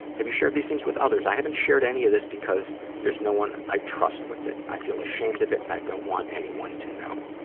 have you shared these things with others? i haven't shared any of this because there's no one i trust with it. i feel ashamed of it and i don't want anyone to know.